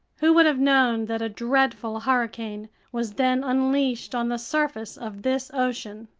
who would have known that a dreadful hurricane was then unleashed on the surface of this ocean?